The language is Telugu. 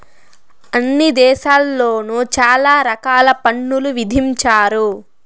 అన్ని దేశాల్లోను చాలా రకాల పన్నులు విధించారు